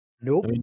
Nope